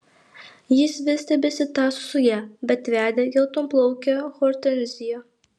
jis vis tebesitąso su ja bet vedė geltonplaukę hortenziją